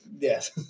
Yes